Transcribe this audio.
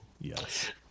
yes